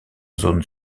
zone